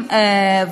אנשים,